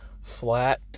flat